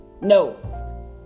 No